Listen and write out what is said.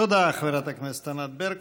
תודה, חברת הכנסת ענת ברקו.